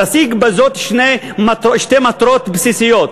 נשיג בזה שתי מטרות בסיסיות: